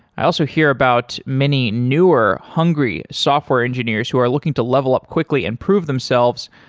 i also hear about many newer hungry software engineers who are looking to level up quickly and prove themselves,